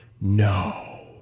No